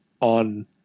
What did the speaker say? on